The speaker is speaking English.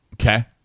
Okay